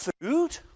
food